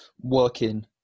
working